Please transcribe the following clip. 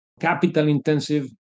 capital-intensive